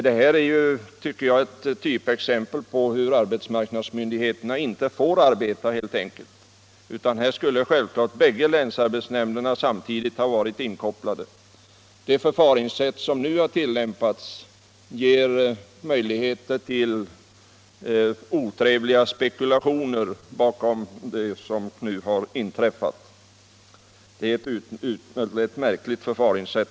Detta är, tycker jag, ett typexempel på hur arbetsmarknadsmyndigheterna helt enkelt inte får arbeta. Här skulle självfallet bägge länsarbetsnämnderna samtidigt ha varit inkopplade. Det förfaringssätt som nu har tillämpats ger möjligheter till otrevliga spekulationer om vad som nu har inträffat. Detta är enligt min uppfattning ett märkligt förfaringssätt.